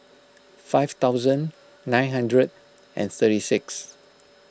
five thousand nine hundred and thirty six